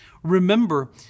remember